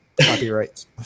copyrights